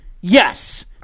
yes